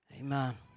Amen